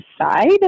side